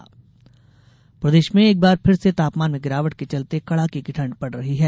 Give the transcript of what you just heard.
मौसम प्रदेश में एक बार फिर से तापमान में गिरावट के चलते कड़ाके की ठंड पड़ रही है